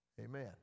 Amen